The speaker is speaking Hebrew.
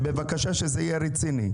אני מבקש שזה יהיה רציני.